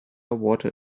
water